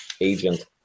agent